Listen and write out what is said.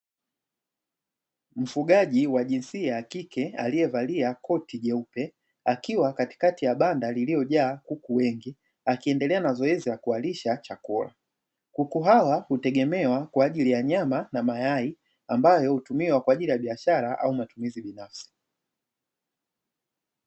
Mfugaji wa jinsia ya kike aliyevalia koti jeupe akiwa katikati ya banda lililojaa kukuwengi, ambao akiendelea na zoezi la kuwalisha chakula kukuhawa hutegemewa kwaajili ya nyama na mayai ambayo hutumika kwaajili ya biashara au matumizi binafsi.